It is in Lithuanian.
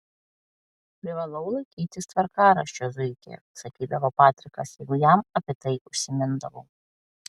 privalau laikytis tvarkaraščio zuiki sakydavo patrikas jeigu jam apie tai užsimindavau